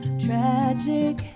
tragic